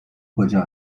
کجا